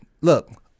look